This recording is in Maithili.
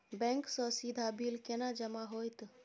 बैंक सँ सीधा बिल केना जमा होइत?